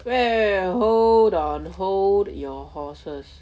where where where where hold on hold your horses